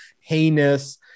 heinous